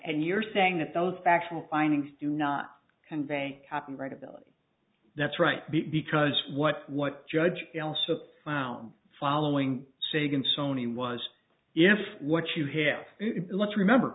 and you're saying that those factual findings do not convey copyright ability that's right because what what judge else took out following sig and sony was if what you hear let's remember